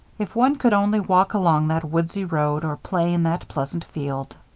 if one could only walk along that woodsy road or play in that pleasant field!